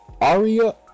Aria